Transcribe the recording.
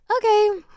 okay